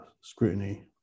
scrutiny